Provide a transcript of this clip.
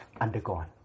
undergone